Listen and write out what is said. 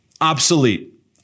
obsolete